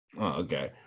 Okay